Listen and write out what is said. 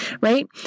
right